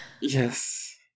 Yes